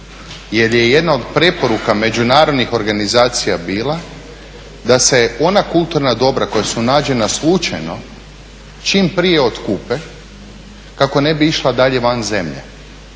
jer je jedna od preporuka međunarodnih organizacija bila da se ona kulturna dobra koja su nađena slučajno čim prije otkupe kako ne bi išla dalje van zemlje.